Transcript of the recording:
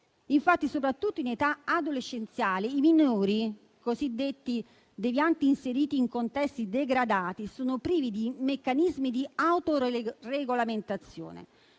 Infatti, soprattutto in età adolescenziale, i minori cosiddetti devianti inseriti in contesti degradati sono privi di meccanismi di autoregolamentazione.